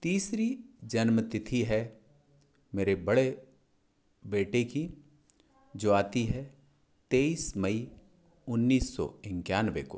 तीसरी जन्मतिथि है मेरे बड़े बेटे की जो आती है तेईस मई उन्नीस सौ इक्यानबे को